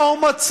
מה הוא מציע?